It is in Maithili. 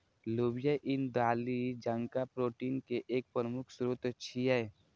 लोबिया ईन दालि जकां प्रोटीन के एक प्रमुख स्रोत छियै